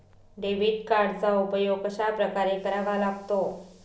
Debit कार्डचा उपयोग कशाप्रकारे करावा लागतो?